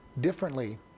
differently